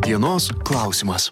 dienos klausimas